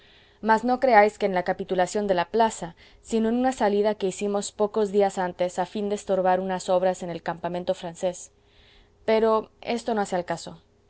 mas no creáis que en la capitulación de la plaza sino en una salida que hicimos pocos días antes a fin de estorbar unas obras en el campamento francés pero esto no hace al caso